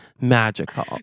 magical